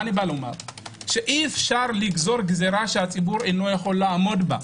כלומר אי אפשר לגזור גזרה שהציבור לא יכול לעמוד בה.